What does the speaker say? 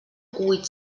huit